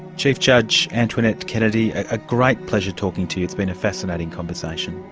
chief judge antoinette kennedy, a great pleasure talking to you. it's been a fascinating conversation.